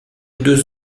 deux